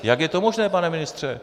Jak je to možné, pane ministře?